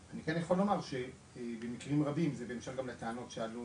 אני כן יכול לומר שבמקרים רבים זה גם בהמשך לטענות שעלו